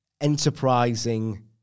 enterprising